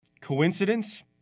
Coincidence